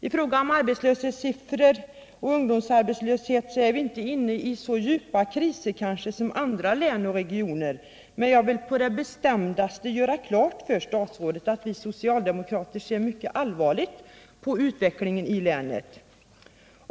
I fråga om arbetslöshetssiffror och ungdomsarbetslöshet är vi kanske inte inne i så djupa kriser som andra län och regioner, men jag vill på det bestämdaste göra klart för statsrådet att vi socialdemokrater ser mycket allvarligt på utvecklingen i länet.